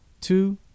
two